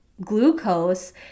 Glucose